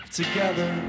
together